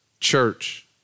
church